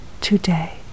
today